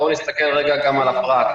בואו נסתכל רגע על הפרט.